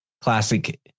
classic